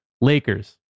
Lakers